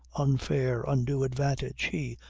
unfair! undue advantage! he!